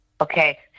Okay